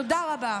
תודה רבה.